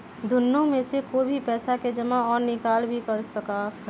दुन्नो में से कोई भी पैसा के जमा और निकाल भी कर सका हई